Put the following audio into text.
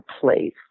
place